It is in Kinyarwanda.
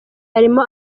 harimo